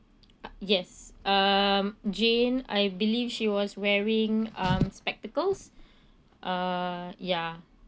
uh yes um jane I believe she was wearing um spectacles uh ya